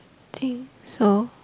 think so